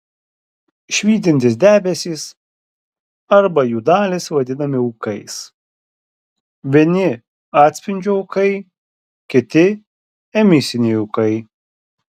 švytintys debesys arba jų dalys vadinami ūkais vieni atspindžio ūkai kiti emisiniai ūkai